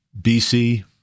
BC